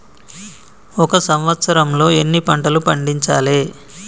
ఒక సంవత్సరంలో ఎన్ని పంటలు పండించాలే?